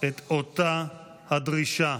את אותה הדרישה,